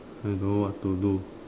I know what to do